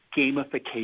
gamification